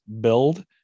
build